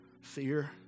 Fear